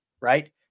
right